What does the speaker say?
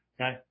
Okay